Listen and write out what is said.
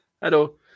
hello